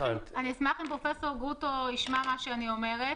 אשמח אם פרופ' גרוטו ישמע את מה שאני אומרת.